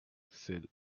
said